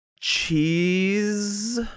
Cheese